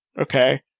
okay